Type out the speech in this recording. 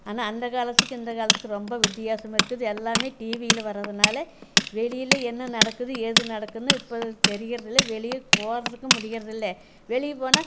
ஆனால் அந்த காலத்துக்கும் இந்த காலத்துக்கு ரொம்ப வித்தியாசம் இருக்குது எல்லாமே டிவியில் வரதுனால வெளியில் என்ன நடக்குது ஏது நடக்குதுனு இப்போ தெரியறதில்ல வெளியே போகிறதுக்கும் முடியறதில்ல வெளியே போனால்